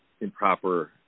improper